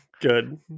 Good